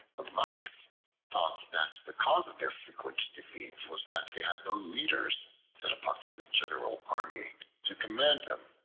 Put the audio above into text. the mice thought that the cause of their frequent defeats was that they had no leaders set apart from the general army to command them,